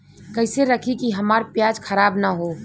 कइसे रखी कि हमार प्याज खराब न हो?